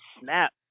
snap